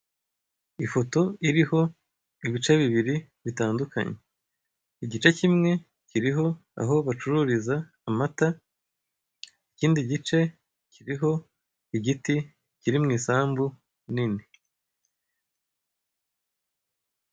Ifoto iriho ibice bibiri bitandukanye igice kimwe kiriho aho bacururiza amata ikindi gice kiriho igiti kiri mwisambu nini.